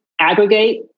aggregate